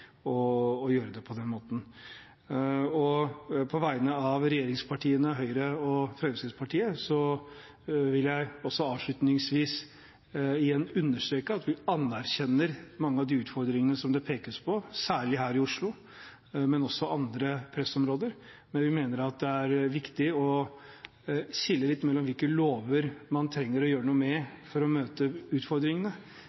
ryddig å gjøre det på den måten. På vegne av regjeringspartiene, Høyre og Fremskrittspartiet, vil jeg avslutningsvis igjen understreke at vi anerkjenner mange av de utfordringene som det pekes på, særlig her i Oslo, men også i andre pressområder. Men vi mener at det er viktig å skille litt mellom hvilke lover man trenger å gjøre noe